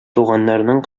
туганнарның